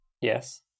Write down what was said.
Yes